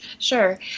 Sure